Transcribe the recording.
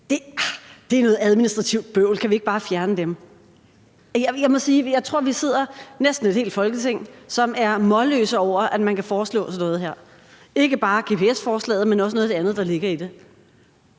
er noget administrativt bøvl, hvor man siger: Kan vi ikke bare fjerne dem? Jeg må sige, at jeg tror, vi sidder næsten et helt Folketing, som er målløse over, at man kan foreslå sådan noget her, ikke bare gps-forslaget, men også noget af det andet, der ligger i det.